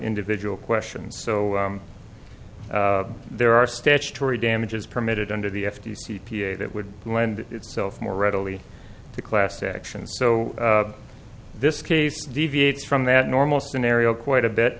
individual questions so there are statutory damages permitted under the f t c p a that would lend itself more readily to class action so this case deviates from that normal scenario quite a bit